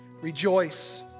Rejoice